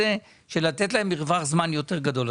לתת להם מרווח זמן יותר גדול.